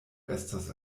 estas